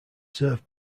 served